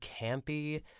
campy